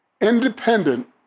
Independent